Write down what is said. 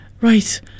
Right